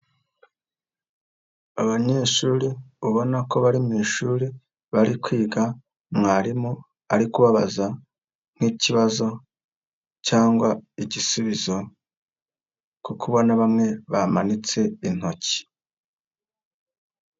Abanyeshuri ubona ko bari mu ishuri bari kwiga. Mwarimu ari kubabaza nk'ikibazo cyangwa igisubizo kuko ubona bamwe bamanitse intoki.